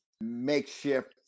makeshift